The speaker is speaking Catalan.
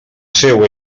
seu